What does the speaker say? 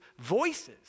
voices